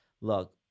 look